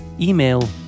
email